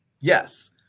Yes